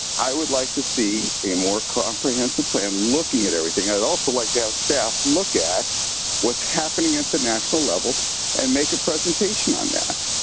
i would like to see a more comprehensive plan looking at everything. i'd also like to have staff look at what's happening at the national level and make a presentation on that.